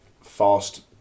fast